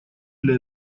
для